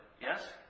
Yes